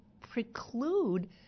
preclude